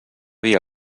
via